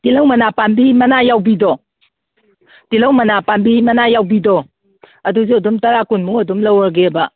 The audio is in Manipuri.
ꯇꯤꯂꯧ ꯃꯅꯥ ꯄꯥꯟꯕꯤ ꯃꯅꯥ ꯌꯥꯎꯕꯤꯗꯣ ꯇꯤꯂꯧ ꯃꯅꯥ ꯄꯥꯟꯕꯤ ꯃꯅꯥ ꯌꯥꯎꯕꯤꯗꯣ ꯑꯗꯨꯁꯨ ꯑꯗꯨꯝ ꯇꯔꯥ ꯀꯨꯟꯃꯨꯛ ꯑꯗꯨꯝ ꯂꯧꯔꯒꯦꯕ